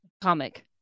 comic